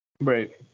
Right